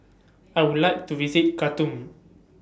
I Would like to visit Khartoum